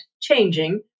changing